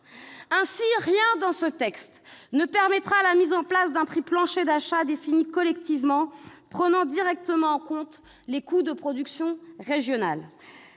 Ainsi, rien dans ce texte ne permettra la mise en place d'un prix plancher d'achat défini collectivement et prenant directement en compte les coûts de production régionaux.